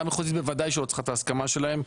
המחוזית בוודאי שלא צריכה את ההסכמה שלהם.